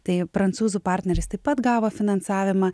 tai prancūzų partneris taip pat gavo finansavimą